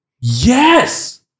Yes